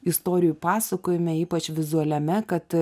istorijų pasakojime ypač vizualiame kad